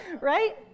Right